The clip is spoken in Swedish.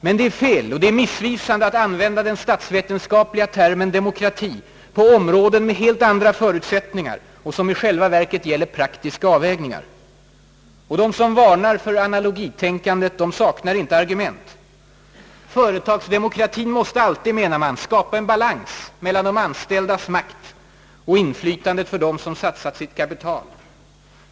Men det är fel och missvisande att använda den statsvetenskapliga termen demokrati på områden med helt andra förutsättningar och som i själva verket gäller praktiska avvägningar. De som varnar för analogitänkandet saknar inte argument. Företagsdemokratien måste alltid, menar man, skapa balans mellan de anställdas makt och inflytandet för dem som satsat sitt kapital.